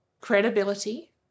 Credibility